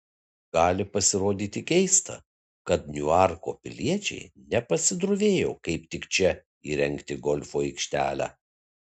gali pasirodyti keista kad niuarko piliečiai nepasidrovėjo kaip tik čia įrengti golfo aikštelę